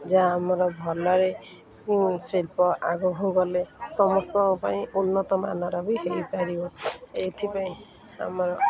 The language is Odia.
ଯାହା ଆମର ଭଲରେ ଶିଳ୍ପ ଆଗକୁ ଗଲେ ସମସ୍ତଙ୍କ ପାଇଁ ଉନ୍ନତମାନର ବି ହେଇପାରିବ ଏଇଥିପାଇଁ ଆମର